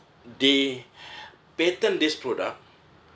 they patent this product